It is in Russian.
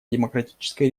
демократической